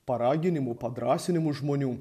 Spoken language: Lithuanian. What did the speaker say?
paraginimų padrąsinimų žmonių